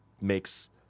makes